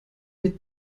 mit